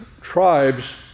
tribes